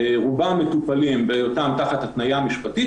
רובם מטופלים בהיותם תחת התניה משפטית,